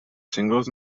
singles